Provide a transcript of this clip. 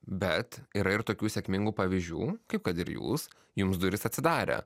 bet yra ir tokių sėkmingų pavyzdžių kaip kad ir jūs jums durys atsidarė